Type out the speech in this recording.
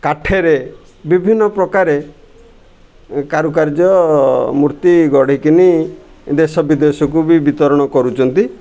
କାଠେରେ ବିଭିନ୍ନ ପ୍ରକାରରେ କାରୁକାର୍ଯ୍ୟ ମୂର୍ତ୍ତି ଗଢ଼ିକିନି ଦେଶ ବିଦେଶକୁ ବି ବିତରଣ କରୁଛନ୍ତି